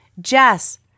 Jess